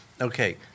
Okay